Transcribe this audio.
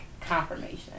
confirmation